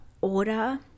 order